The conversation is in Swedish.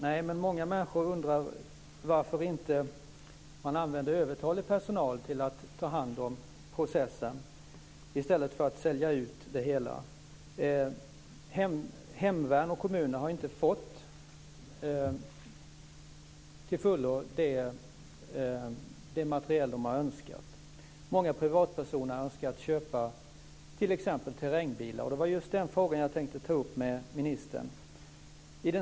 Nej, men många människor undrar varför man inte använder övertalig personal till att ta hand om processen i stället för att sälja ut det hela. Hemvärn och kommuner har inte till fullo fått den materiel som de har önskat. Många privatpersoner har önskat köpa t.ex. terrängbilar. Det var just den frågan jag tänkte ta upp med ministern.